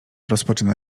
rozpoczyna